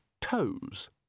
toes